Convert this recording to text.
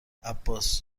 عباس